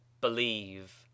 Believe